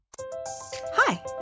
Hi